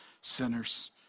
sinners